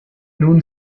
nun